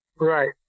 Right